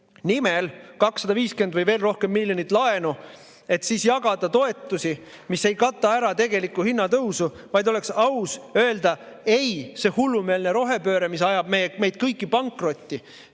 nimel 250 või veelgi rohkem miljonit laenu, et siis jagada toetusi, mis ei kata ära tegelikku hinnatõusu, vaid oleks aus öelda: ei, see hullumeelne rohepööre, mis ajab meid kõiki pankrotti,